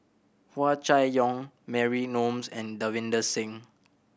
Hua Chai Yong Mary Gomes and Davinder Singh